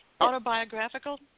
autobiographical